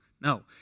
No